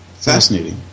fascinating